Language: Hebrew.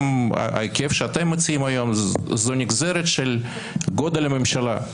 גם ההיקף שאתם מציעים היום זו נגזרת של גודל הממשלה,